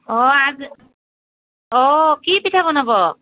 অঁ অঁ কি পিঠা বনাব